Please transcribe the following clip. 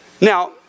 Now